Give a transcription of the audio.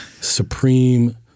Supreme